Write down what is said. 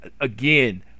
Again